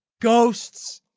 ghosts.